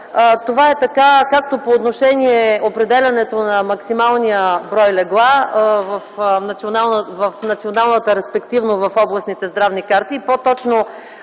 Това е така както по отношение на определянето на максималния брой легла в националната, респективно в областните здравни карти,